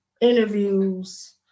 interviews